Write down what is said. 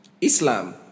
Islam